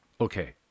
okay